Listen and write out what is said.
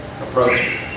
approach